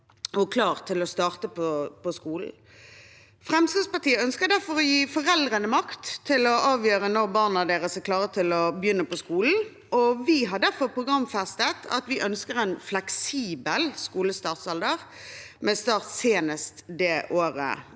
og klar til å starte på skolen. Fremskrittspartiet ønsker å gi foreldrene makt til å avgjøre når barna deres er klare til å begynne på skolen, og vi har derfor programfestet at vi ønsker en fleksibel alder for skolestart, med start senest det året